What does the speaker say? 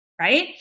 right